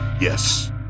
Yes